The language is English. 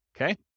Okay